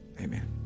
Amen